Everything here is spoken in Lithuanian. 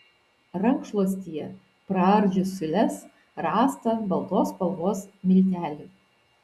rankšluostyje praardžius siūles rasta baltos spalvos miltelių